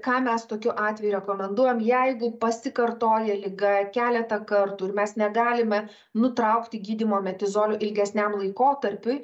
ką mes tokiu atveju rekomenduojam jeigu pasikartoja liga keletą kartų ir mes negalime nutraukti gydymo metizoliu ilgesniam laikotarpiui